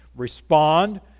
respond